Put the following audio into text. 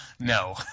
No